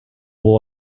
will